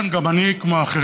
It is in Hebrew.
כן, גם אני, כמו אחרים,